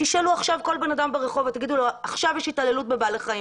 תשאלו עכשיו כל אדם ברחוב למי פונים כשיש התעללות בבעלי חיים